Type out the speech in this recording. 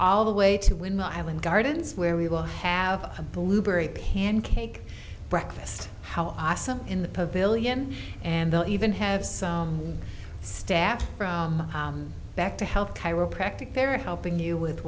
all the way to win the island gardens where we will have a blueberry pancake breakfast how awesome in the pavilion and they'll even have some staff from back to help chiropractic there helping you with